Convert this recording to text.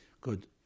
Good